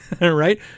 right